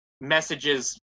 messages